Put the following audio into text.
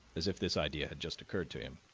as if this idea had just occurred to him.